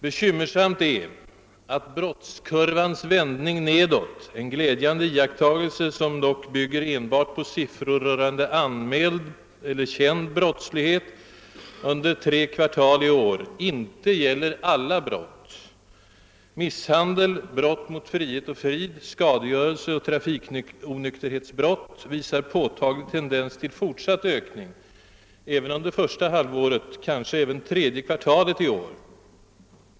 Bekymmersamt är att brottskurvans vändning nedåt — en glädjande iakttagelse, som dock bygger enbart på siffror rörande anmäld eller känd brottslighet under tre kvartal i år — inte gäller alla brott. Misshandel, brott mot frihet och frid samt skadegörelseoch trafikonykterhetsbrott visar påtaglig tendens till fortsatt ökning även under första halvåret och kanske även tredje kvartalet i år.